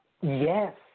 Yes